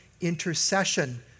intercession